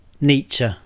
Nietzsche